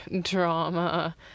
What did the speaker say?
drama